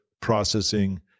processing